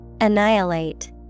Annihilate